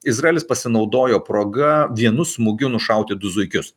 izraelis pasinaudojo proga vienu smūgiu nušauti du zuikius